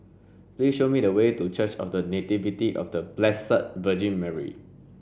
please show me the way to Church of The Nativity of The Blessed Virgin Mary